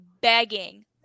begging